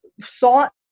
sought